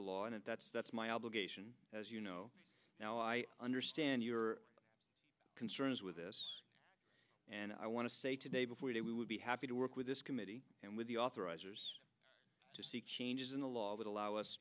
law and that's that's my obligation as you know now i understand your concerns with this and i want to say today before that we would be happy to work with this committee and with the authorizer to seek changes in the law that allow us